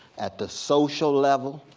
at the social level,